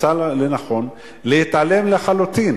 מצא לנכון להתעלם לחלוטין